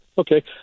Okay